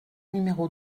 numéro